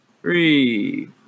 three